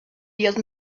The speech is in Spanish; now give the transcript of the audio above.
dios